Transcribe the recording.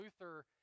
Luther